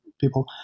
people